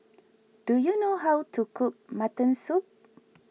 do you know how to cook Mutton Soup